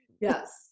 yes